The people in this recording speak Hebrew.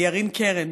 לירין קרן,